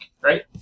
right